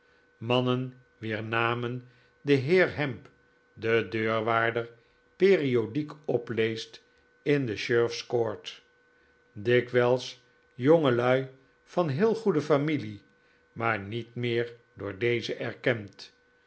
mannen wier namen de heer hemp de deurwaarder periodiek opleest in de sheriffs court dikwijls jongelui van heel goede familie maar niet meer door deze erkend